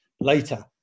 later